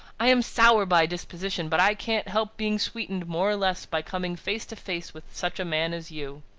i am sour by disposition but i can't help being sweetened, more or less, by coming face to face with such a man as you.